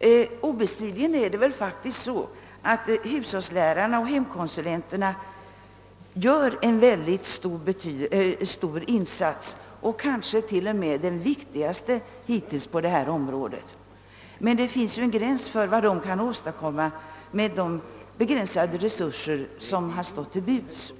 detta område. Obestridligen gör hushållslärarna och hemkonsulenterna en stor insats, kanske t.o.m. den viktigaste hittills på detta område, men det finns en gräns för vad som är möjligt att åstadkomma med de begränsade resurser som står till buds.